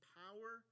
power